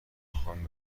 خوام